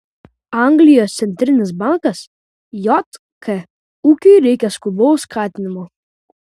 anglijos centrinis bankas jk ūkiui reikia skubaus skatinimo